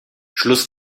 schluss